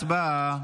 הצבעה.